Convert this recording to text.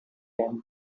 can